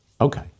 Okay